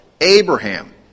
Abraham